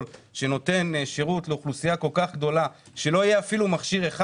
שנותן שירות לאוכלוסייה כל כך גדולה שלא יהיה מכשיר אפילו אחד?